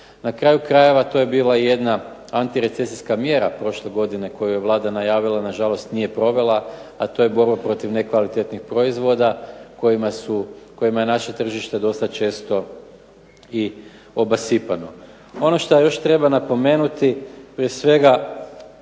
Na kraju krajeva to je bila jedna antirecesijska mjera prošle godine koju je Vlada najavila, nažalost nije provela a to je borba protiv nekvalitetnih proizvoda kojima je naše tržište dosta često i obasipano. Ono što još treba napomenuti prije svega